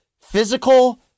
physical